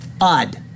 odd